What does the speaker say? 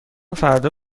فردا